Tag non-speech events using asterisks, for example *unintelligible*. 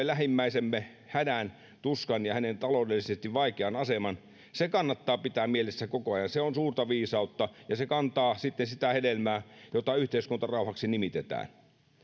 *unintelligible* lähimmäisemme hädän tuskan ja hänen taloudellisesti vaikean asemansa huomioiminen kannattaa pitää mielessä koko ajan koska se on suurta viisautta ja se kantaa sitten sitä hedelmää jota yhteiskuntarauhaksi nimitetään